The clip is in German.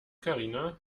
karina